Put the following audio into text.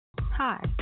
Hi